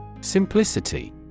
simplicity